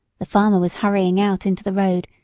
the farmer was hurrying out into the road,